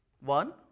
One